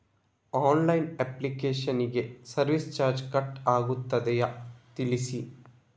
Online application ಗೆ service charge cut ಆಗುತ್ತದೆಯಾ ತಿಳಿಸಿ?